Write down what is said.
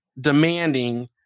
demanding